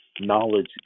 knowledge